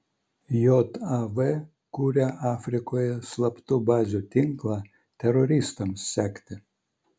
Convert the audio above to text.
jav kuria afrikoje slaptų bazių tinklą teroristams sekti